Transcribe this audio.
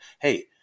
hey